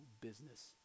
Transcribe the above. business